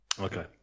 Okay